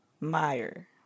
Meyer